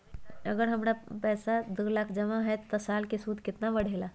अगर हमर पैसा दो लाख जमा है त साल के सूद केतना बढेला?